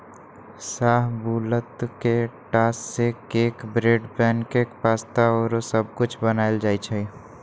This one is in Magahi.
शाहबलूत के टा से cake, bread, pancake, pasta आउरो सब कुछ बनायल जाइ छइ